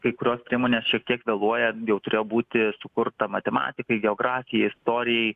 kai kurios priemonės šiek tiek vėluoja jau turėjo būti sukurta matematikai geografijai istorijai